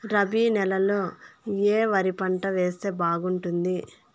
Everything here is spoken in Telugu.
రబి నెలలో ఏ వరి పంట వేస్తే బాగుంటుంది